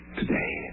today